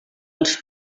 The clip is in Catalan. els